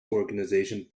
organization